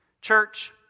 Church